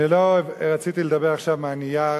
אני לא רציתי לדבר עכשיו מהנייר